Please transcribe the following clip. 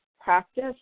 practice